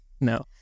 No